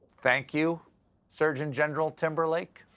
thank you surgeon general timberlake.